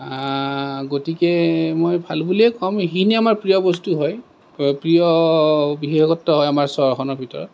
গতিকে মই ভাল বুলিয়ে ক'ম এইখিনিয়ে আমাৰ প্ৰিয় বস্তু হয় প্ৰিয় বিশেষত্ব হয় আমাৰ চহৰখনৰ ভিতৰত